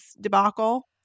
debacle